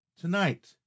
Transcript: Tonight